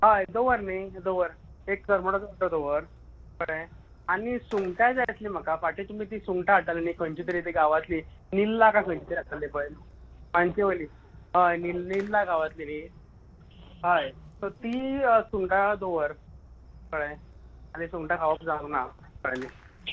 हय दवर न्ही दवर एक करमटाचो वांटो दवर कळ्ळें आनी सुंगटां जाय आसलीं फाटीं तुमी सुंगटां हाडटाली न्ही खंयची तरी गांवांतलीं निल्ला काय खंयची तरी आसताली पळय मानशे वयली हय निल्ला निल्ला गांवांतली न्ही हय सो तीं सुंगटां दवर कळ्ळें हालीं सुंगटां खावप जावंक ना कळ्ळें न्ही